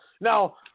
Now